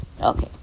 Okay